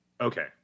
Okay